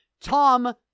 Tom